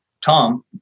Tom